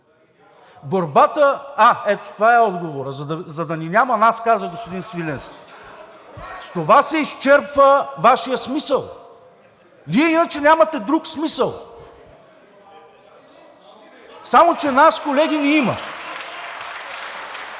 БИКОВ: Ето това е отговорът – за да ни няма нас, каза господин Свиленски. С това се изчерпва Вашият смисъл. Вие иначе нямате друг смисъл. Само че нас, колеги, ни има.